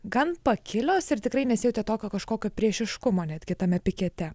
gan pakilios ir tikrai nesijautė tokio kažkokio priešiškumo net kitame pikete